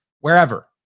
wherever